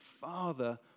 father